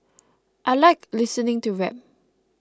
I like listening to rap